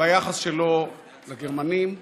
ביחס שלו לגרמנים ולשואה.